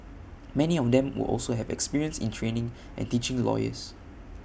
many of them will also have experience in training and teaching lawyers